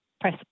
press